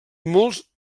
molts